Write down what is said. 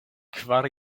kvar